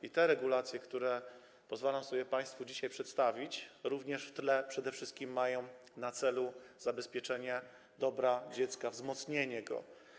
I te regulacje, które pozwalam sobie państwu dzisiaj przedstawić, również przede wszystkim mają na celu zabezpieczenie dobra dziecka, wzmocnienie go.